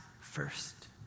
first